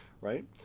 right